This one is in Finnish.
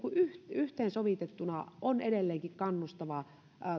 yhteensovitettuna on edelleenkin kannustavaa